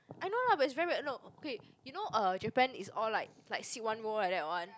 I know lah but it's very weird no okay you know uh Japan is all like like sit one row like that one